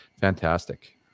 fantastic